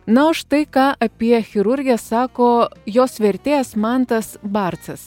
na o štai ką apie chirurgę sako jos vertėjas mantas barcas